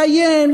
לאיים,